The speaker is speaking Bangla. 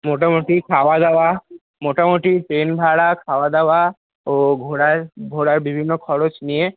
মোটামোটি খাওয়া দাওয়া মোটামোটি ট্রেন ভাড়া খাওয়া দাওয়া ও ঘোরার ঘোরার বিভিন্ন খরচ নিয়ে